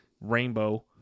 rainbow